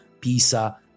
Pisa